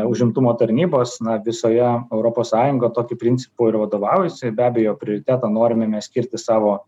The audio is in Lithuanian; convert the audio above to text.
užimtumo tarnybos na visoje europos sąjunga tokiu principu ir vadovaujasi be abejo prioritetą norime mes skirti savo